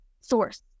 source